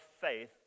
faith